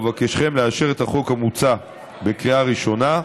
אבקשכם לאשר את החוק המוצע בקריאה ראשונה,